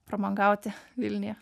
pramogauti vilniuje